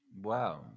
Wow